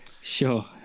sure